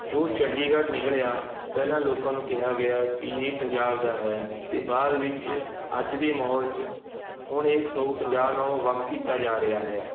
ਜੋ ਚੰਡੀਗੜ੍ਹ ਨਿਕਲਿਆ ਪਹਿਲਾਂ ਲੋਕਾਂ ਨੂੰ ਕਿਹਾ ਗਿਆ ਕਿ ਇਹ ਪੰਜਾਬ ਦਾ ਹੈ ਅਤੇ ਬਾਅਦ ਵਿੱਚ ਅੱਜ ਦੇ ਮਾਹੌਲ 'ਚ ਹੁਣ ਇਸ ਨੂੰ ਪੰਜਾਬ ਨਾਲੋਂ ਵੱਖ ਕੀਤਾ ਜਾ ਰਿਹਾ ਹੈ